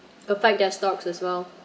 affect their stocks as well